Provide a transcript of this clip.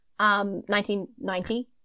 1990